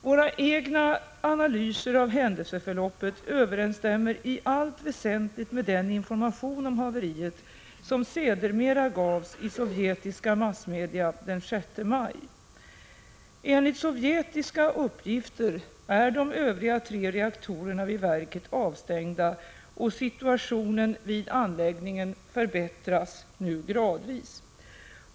Våra egna analyser av händelseförloppet överensstämmer i allt väsentligt med den information om haveriet som sedermera gavs i sovjetiska massmedia den 6 maj. Enligt sovjetiska uppgifter är de övriga tre reaktorerna vid verket avstängda, och situationen vid anläggningen förbättras nu gradvis.